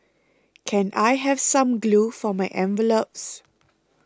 can I have some glue for my envelopes